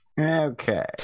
Okay